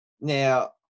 Now